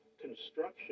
construction